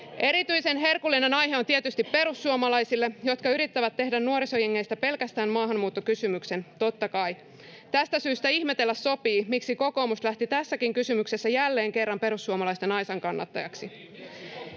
Erityisen herkullinen aihe on tietysti perussuomalaisille, jotka yrittävät tehdä nuorisojengeistä pelkästään maahanmuuttokysymyksen, totta kai. Tästä syystä ihmetellä sopii, miksi kokoomus lähti tässäkin kysymyksessä jälleen kerran perussuomalaisten aisankannattajaksi.